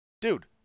dude